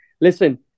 listen